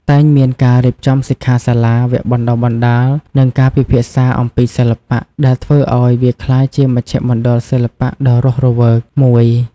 តែងមានការរៀបចំសិក្ខាសាលា វគ្គបណ្ដុះបណ្ដាល និងការពិភាក្សាអំពីសិល្បៈ ដែលធ្វើឲ្យវាក្លាយជាមជ្ឈមណ្ឌលសិល្បៈដ៏រស់រវើកមួយ។